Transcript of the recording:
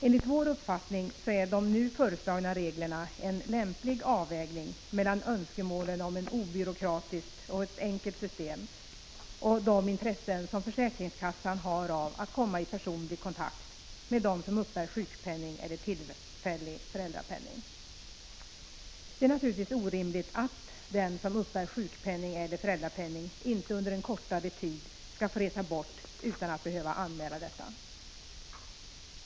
Enligt vår uppfattning innebär de nu föreslagna reglerna en lämplig avvägning mellan önskemålen om ett obyråkratiskt och enkelt system och de intressen som försäkringskassan har av att komma i personlig kontakt med dem som uppbär sjukpenning eller tillfällig föräldrapenning. Det är naturligtvis orimligt att den som uppbär sjukpenning eller 2 föräldrapenning inte under en kortare tid skall få resa bort utan att behöva anmäla detta.